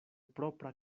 propra